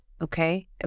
okay